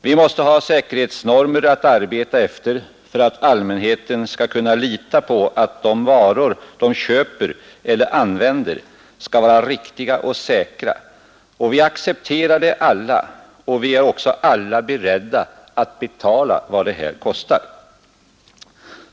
Vi måste ha säkerhetsnormer att arbeta efter för att allmänheten skall kunna lita på att de varor de köper eller använder skall vara riktiga och säkra. Vi accepterar det alla och är beredda att betala vad det kostar.